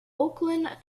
oakland